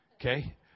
Okay